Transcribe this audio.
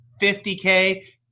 50K –